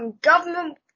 government